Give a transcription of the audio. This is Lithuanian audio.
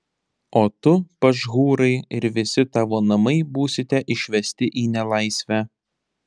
o tu pašhūrai ir visi tavo namai būsite išvesti į nelaisvę